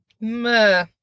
meh